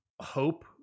hope